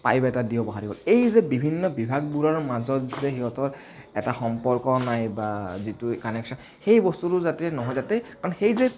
pipe এটা দিব পাহৰি গ'ল এই যে বিভিন্ন বিভাগবোৰৰ মাজত যে সিহঁতৰ এটা সম্পৰ্ক নাই বা যিটো কানেকচন সেই বস্তুটো যাতে নহয় যাতে কাৰণ সেই যে